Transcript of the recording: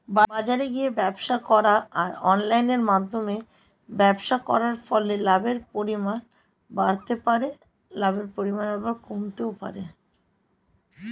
বাজারে গিয়ে ব্যবসা করা আর অনলাইনের মধ্যে ব্যবসা করার ফলে লাভের পরিমাণ বাড়তে পারে?